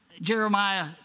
Jeremiah